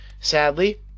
Sadly